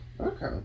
Okay